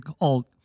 old